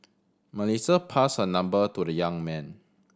Melissa passed her number to the young man